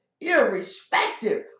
irrespective